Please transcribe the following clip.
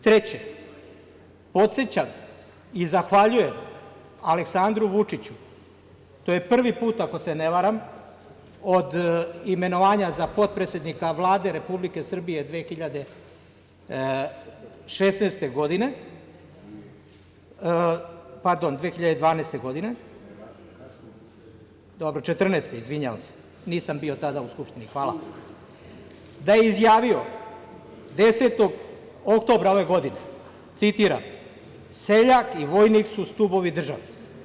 Treće, podsećam i zahvaljujem Aleksandru Vučiću, to je prvi put, ako se ne varam, od imenovanja za potpredsednika Vlade Republike Srbije 2016. godine, pardon 2012. godine, 2014. godine izvinjavam se, nisam bio tada u Skupštini, hvala, da je izjavio 10. oktobra ove godine, citiram – seljak i vojnik su stubovi države.